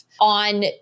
On